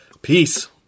Peace